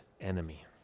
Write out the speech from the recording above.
enemy